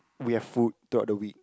we have food throughout the week